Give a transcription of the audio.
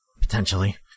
Potentially